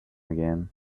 again